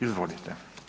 Izvolite.